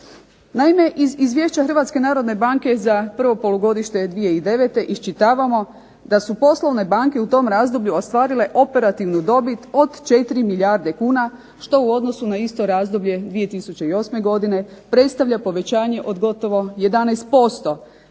Naime, iz izvješća Hrvatske narodne banke za prvo polugodište 2009. iščitavamo da su poslovne banke u tom razdoblju ostvarile operativnu dobit od 4 milijarde kuna, što u odnosu na isto razdoblje 2008. godine predstavlja povećanje od gotovo 11%.